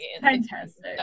fantastic